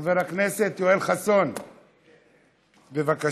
חבר הכנסת יואל חסון, בבקשה.